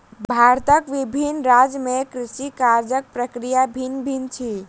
भारतक विभिन्न राज्य में कृषि काजक प्रक्रिया भिन्न भिन्न अछि